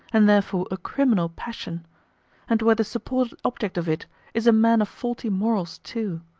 and therefore a criminal passion and where the supported object of it is a man of faulty morals too.